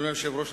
אדוני היושב-ראש,